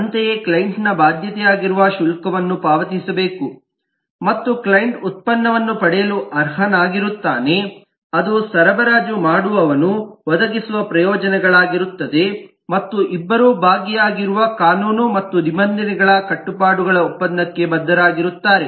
ಅಂತೆಯೇ ಕ್ಲೈಂಟ್ ನ ಬಾಧ್ಯತೆಯಾಗಿರುವ ಶುಲ್ಕವನ್ನು ಪಾವತಿಸಬೇಕು ಮತ್ತು ಕ್ಲೈಂಟ್ ಉತ್ಪನ್ನವನ್ನು ಪಡೆಯಲು ಅರ್ಹನಾಗಿರುತ್ತಾನೆ ಅದು ಸರಬರಾಜು ಮಾಡುವವನು ಒದಗಿಸುವ ಪ್ರಯೋಜನಗಳಾಗಿರುತ್ತದೆ ಮತ್ತು ಇಬ್ಬರೂ ಭಾಗಿಯಾಗಿರುವ ಕಾನೂನು ಮತ್ತು ನಿಬಂಧನೆಗಳ ಕಟ್ಟುಪಾಡುಗಳ ಒಪ್ಪಂದಕ್ಕೆ ಬದ್ಧರಾಗಿರುತ್ತಾರೆ